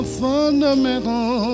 fundamental